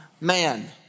man